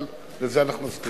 אבל לזה אנחנו מסכימים.